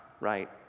right